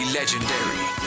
Legendary